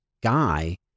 guy